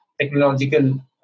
technological